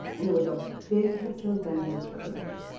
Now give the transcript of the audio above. and there was a big picture of benjamin church,